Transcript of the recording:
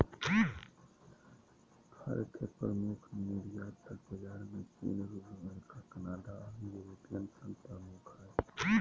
फर के प्रमुख निर्यातक बाजार में चीन, रूस, अमेरिका, कनाडा आर यूरोपियन संघ प्रमुख हई